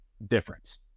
Difference